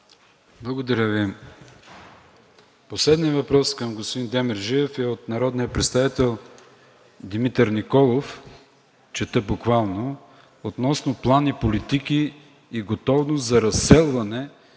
Благодаря Ви. Последният въпрос към господин Демерджиев е от народния представител Димитър Николов – чета буквално – относно план и политики и готовност за разселване